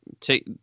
take